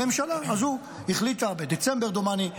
הממשלה הזו החליטה בדצמבר, דומני: